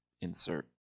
insert